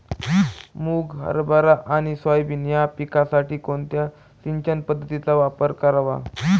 मुग, हरभरा आणि सोयाबीन या पिकासाठी कोणत्या सिंचन पद्धतीचा वापर करावा?